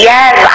Yes